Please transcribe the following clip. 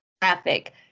traffic